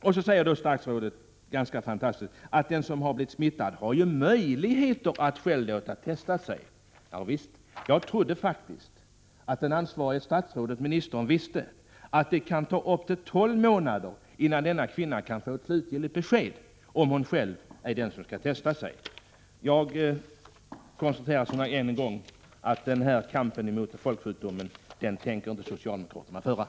Vidare säger statsrådet — det är fantastiskt — att den som har blivit smittad har möjlighet att själv låta testa sig. Jag trodde att den ansvariga ministern visste att det kan ta upp till tolv månader innan denna kvinna kan få ett slutgiltigt besked, om hon själv är den som skall testa sig. Jag konstaterar än en gång att socialdemokraterna inte tänker föra någon kamp mot denna folksjukdom.